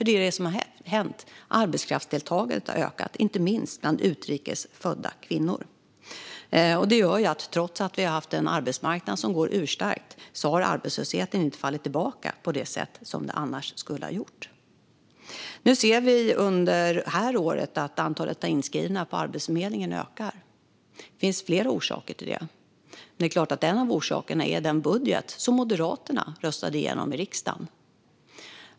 Det är vad som har hänt: Arbetskraftsdeltagandet har ökat, inte minst bland utrikes födda kvinnor. Trots att vi haft en arbetsmarknad som går urstarkt har arbetslösheten därför inte fallit tillbaka på det sätt som den annars skulle ha gjort. Under det här året ser vi att antalet inskrivna på Arbetsförmedlingen ökar. Det finns flera orsaker till det, men en är förstås den budget som Moderaterna röstade igenom i riksdagen.